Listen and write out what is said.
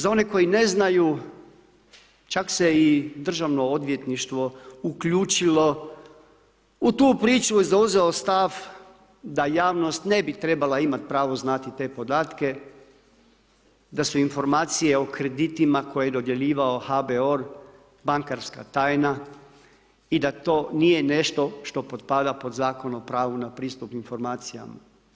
Za one koji ne znaju čak se i Državno odvjetništvo uključilo u tu priču i zauzelo stav da javnost ne bi trebala imati pravo znati te podatke, da su informacije o kreditima koje je dodjeljivao HBOR bankarska tajna i da to nije nešto što potpada pod Zakon o pravu na pristup informacijama.